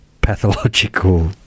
pathological